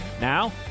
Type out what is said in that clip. Now